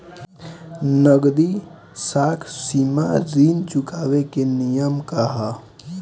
नगदी साख सीमा ऋण चुकावे के नियम का ह?